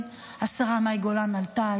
השרה מאי גולן עלתה,